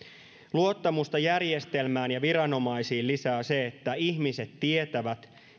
luottamusta järjestelmään ja viranomaisiin lisää se että ihmiset tietävät